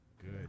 Good